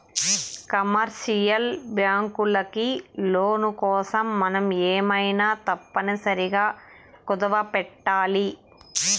commercial బ్యాంకులకి loan కోసం మనం ఏమైనా తప్పనిసరిగా కుదవపెట్టాలి